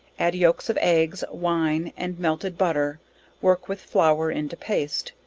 add yolks of eggs, wine and melted butter work with flour into paste,